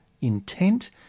intent